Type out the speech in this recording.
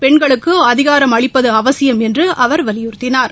பெண்களுக்கு அதிகாரம் அளிப்பது அவசியம் என்று அவர் வலியுறுத்தினார்